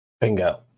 bingo